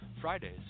Fridays